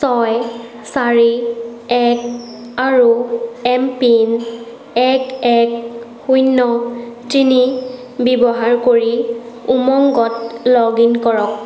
ছয় চাৰি এক আৰু এম পিন এক এক শূন্য তিনি ব্যৱহাৰ কৰি উমংগত লগ ইন কৰক